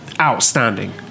outstanding